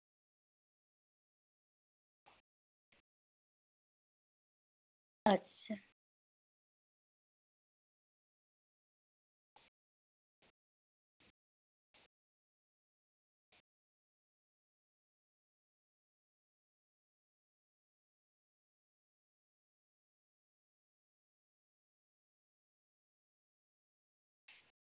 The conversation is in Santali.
ᱟᱪᱪᱷᱟ